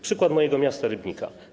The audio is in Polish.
Przykład mojego miasta Rybnika.